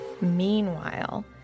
Meanwhile